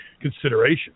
consideration